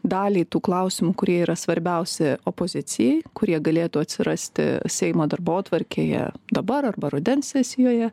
dalį tų klaus kurie yra svarbiausi opozicijai kurie galėtų atsirasti seimo darbotvarkėje dabar arba rudens sesijoje